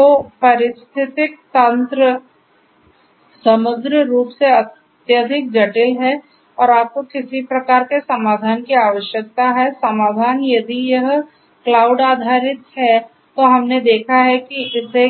तो पारिस्थितिक तंत्र समग्र रूप से अत्यधिक जटिल है और आपको किसी प्रकार के समाधान की आवश्यकता है समाधान यदि यह क्लाउड आधारित है तो हमने देखा है कि इसे